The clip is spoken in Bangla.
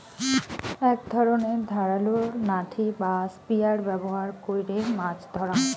এক ধরণের ধারালো নাঠি বা স্পিয়ার ব্যবহার কইরে মাছ ধরাঙ